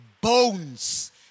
bones